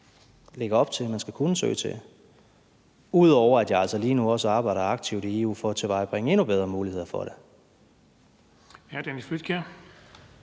lægger op til at man skal kunne søge til. Derudover arbejder jeg altså også lige nu aktivt i EU for at tilvejebringe endnu bedre muligheder for det. Kl. 10:52 Den fg.